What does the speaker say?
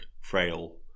frail